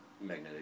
magnetic